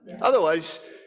Otherwise